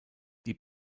die